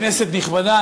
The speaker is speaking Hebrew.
כנסת נכבדה,